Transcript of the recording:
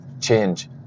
change